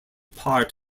part